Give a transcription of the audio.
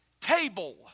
table